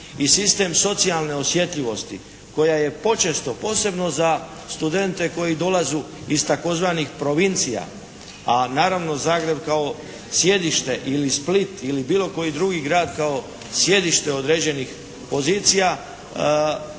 i sistem socijalne osjetljivosti koja je počesto posebno za studente koji dolaze iz tzv. provincija. A naravno Zagreb kao sjedište ili Split ili bilo koji drugi grad kao sjedište određenih pozicija